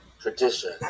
tradition